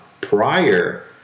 prior